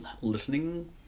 listening